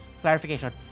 clarification